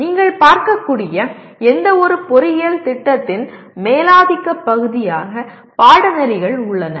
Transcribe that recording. நீங்கள் பார்க்கக்கூடியபடி எந்தவொரு பொறியியல் திட்டத்தின் மேலாதிக்க பகுதியாக பாடநெறிகள் உள்ளன